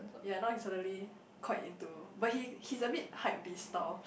ya now he suddenly quite into but he he's a bit hypebeast style